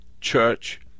church